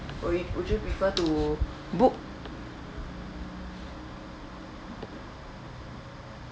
will y~ would you prefer to book